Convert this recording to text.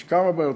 יש כמה בעיות,